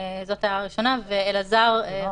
זה התחייבות שנתנו גם